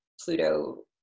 pluto